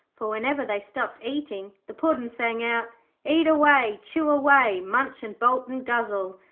for whenever they stopped eating the puddin' sang out eat away, chew away, munch and bolt and guzzle,